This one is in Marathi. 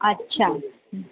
अच्छा